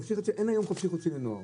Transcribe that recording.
אין היום חופשי-חודשי לנוער.